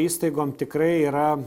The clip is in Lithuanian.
įstaigom tikrai yra